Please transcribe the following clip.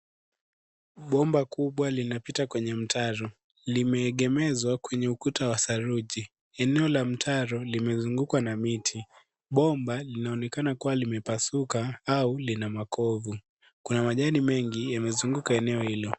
Bomba kubwa linapita kwenye mtaro, limeegemezwa kwenye kuta wa saruji, eneo la mtaro limezungukwa na miti bomba linaonekana kuwa limepasuka au lina makovu, kuna machani mengi yamezunguka eneo hilo.